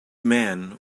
man